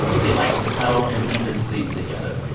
they like to cuddle and even sleep together.